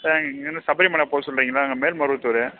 sir இங்கிருந்து சபரிமலை போக சொல்கிறீங்களா நாங்கள் மேல்மருவத்தூர்